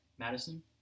Madison